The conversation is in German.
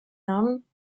namen